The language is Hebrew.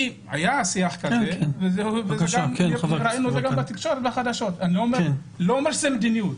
זה היה בתקשורת, אני לא אומר שזו מדיניות.